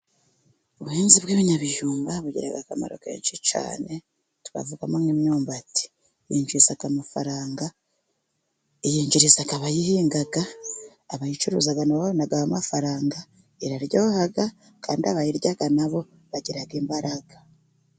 Ubuhinzi bw'ibinyabijumba bugira akamaro kenshi cyane. Twavugamo nk'imyumbati, yinjiza amafaranga, iyinjiriza abayihinga. Abayicuruza na bo babonaho amafaranga. Iraryoha kandi abayirya na bo bagira imbaraga.